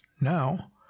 now